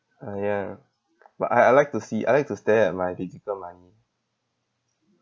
uh ya but I I like to see I like to stare at my physical money